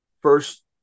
first